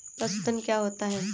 पशुधन क्या होता है?